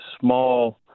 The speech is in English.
small